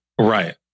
Right